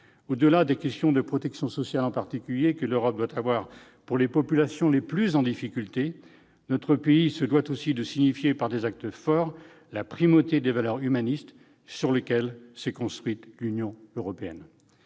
Au-delà de la protection sociale que l'Europe doit offrir aux populations les plus en difficulté, notre pays se doit aussi de signifier par des actes forts la primauté des valeurs humanistes sur lesquelles s'est construite l'Union européenne.